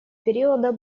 периода